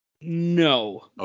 No